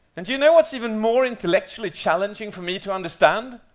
and do you know what's even more intellectually challenging for me to understand?